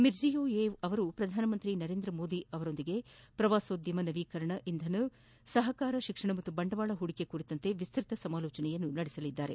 Mirziyoyev ಅವರು ಪ್ರಧಾನಮಂತ್ರಿ ನರೇಂದ್ರಯವರೊಂದಿಗೆ ಪ್ರವಾಸೋದ್ಯಮ ನವೀಕರಣ ಇಂಧನ ಸಹಕಾರ ಶಿಕ್ಷಣ ಹಾಗೂ ಬಂಡವಾಳ ಹೂಡಿಕೆ ಕುರಿತಂತೆ ವಿಸೃತ ಸಮಾಲೋಚನೆ ನಡೆಸಲಿದ್ದಾರೆ